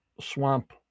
swamp